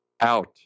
out